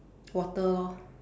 water lor